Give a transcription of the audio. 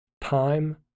Time